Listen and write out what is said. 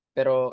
Pero